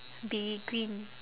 be green